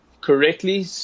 correctly